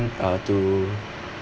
uh to